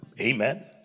Amen